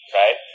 right